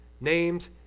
named